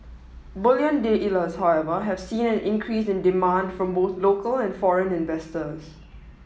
bullion dealer showever have seen an increase in demand from both local and foreign investors